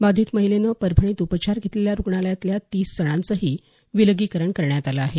बाधित महिलेने परभणीत उपचार घेतलेल्या रुग्णालयातल्या तीस जणांचंही विलगीकरण करण्यात आलं आहे